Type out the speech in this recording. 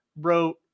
wrote